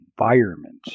environment